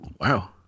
Wow